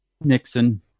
Nixon